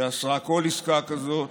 שאסרה כל עסקה כזאת,